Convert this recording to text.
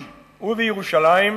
ובירושלים,